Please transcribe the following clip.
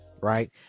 right